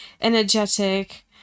energetic